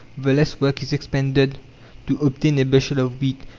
the less work is expended to obtain a bushel of wheat.